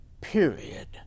period